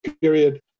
period